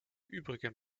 übrigen